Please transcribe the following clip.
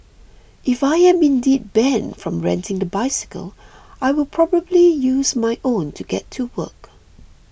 if I am indeed banned from renting the bicycle I will probably using my own to get to work